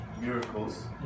miracles